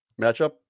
matchup